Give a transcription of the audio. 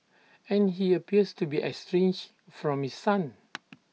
and he appears to be estranged from his son